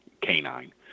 canine